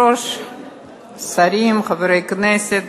התשובה של הממשלה אני